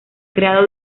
creado